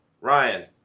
Ryan